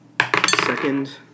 Second